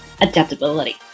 adaptability